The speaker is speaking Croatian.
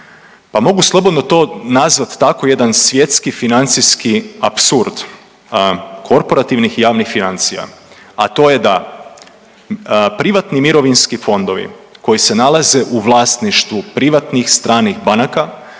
mogu slobodno to nazvat tako jedan svjetski financijski apsurd korporativnih i javnih financija, a to je da privatni mirovinski fondovi koji se nalaze u vlasništvu privatnih stranih banaka